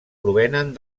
provenen